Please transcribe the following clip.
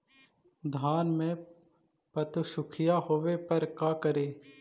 धान मे पत्सुखीया होबे पर का करि?